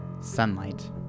Sunlight